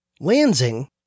Lansing